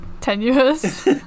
tenuous